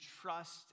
trust